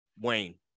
Wayne